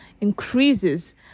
increases